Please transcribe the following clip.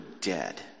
dead